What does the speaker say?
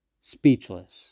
speechless